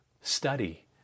study